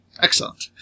Excellent